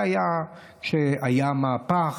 זה היה כשהיה מהפך.